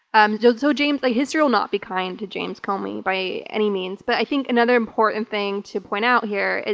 and so like history will not be kind to james comey, by any means. but i think another important thing to point out here, and